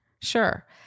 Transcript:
sure